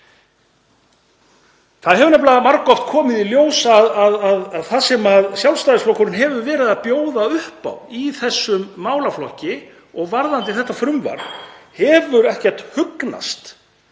Það hefur nefnilega margoft komið í ljós að það sem Sjálfstæðisflokkurinn hefur verið að bjóða upp á í þessum málaflokki og varðandi þetta frumvarp hefur ekki hugnast